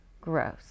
gross